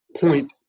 point